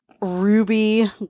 ruby